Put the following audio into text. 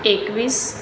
એકવીસ